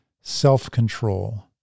self-control